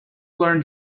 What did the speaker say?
learn